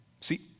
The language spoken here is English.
See